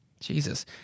Jesus